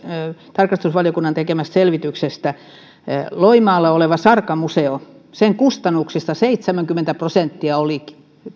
tarkastusvaliokunnan tekemästä selvityksestä loimaalla olevan sarka museon kustannuksista seitsemänkymmentä prosenttia oli